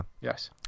Yes